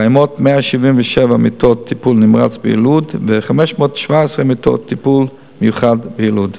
קיימות 177 מיטות טיפול נמרץ ביילוד ו-517 מיטות לטיפול מיוחד ביילוד.